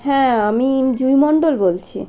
হ্যাঁ আমি জুঁই মন্ডল বলছি